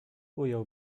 ujął